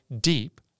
deep